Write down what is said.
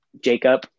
jacob